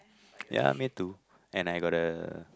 ya me too and I got a